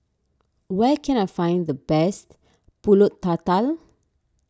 where can I find the best Pulut Tatal